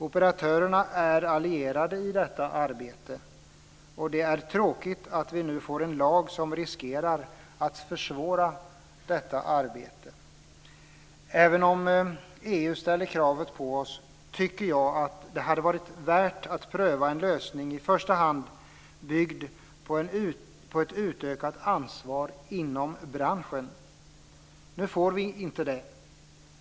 Operatörerna är allierade i detta arbete, och det är tråkigt att vi nu får en lag som riskerar att försvåra detta arbete. Även om EU ställer kravet på oss tycker jag att det hade varit värt att pröva en lösning i första hand byggd på ett utökat ansvar inom branschen. Nu får vi inte det.